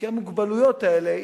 כי המוגבלויות האלה,